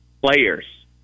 players